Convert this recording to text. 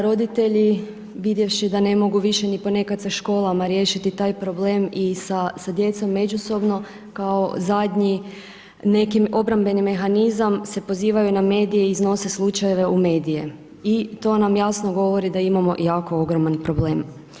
roditelji vidjevši da ne mogu više ni ponekad sa školama riješiti taj problem i sa djecom međusobno kao zadnji neki obrambeni mehanizam se pozivaju na medije i iznose slučajeve u medije i to nam jasno govori da imamo jako ogroman problem.